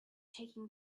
taking